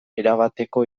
erabateko